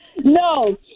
No